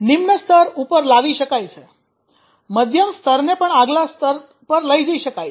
નિમ્ન સ્તર ઉપર લાવી શકાય છે મધ્યમ સ્તરને પણ આગલા સ્તર પર લઈ જઈ શકાય છે